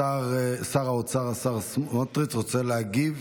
שר האוצר, השר סמוטריץ', רוצה להגיב.